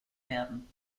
werden